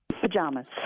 Pajamas